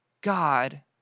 God